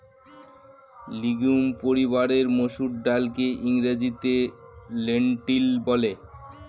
legume পরিবারের মসুর ডালকে ইংরেজিতে লেন্টিল বলে